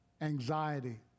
Anxiety